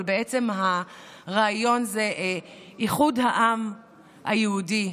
אבל בעצם הרעיון הוא איחוד העם היהודי,